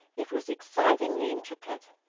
it was excitingly intricate.